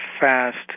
fast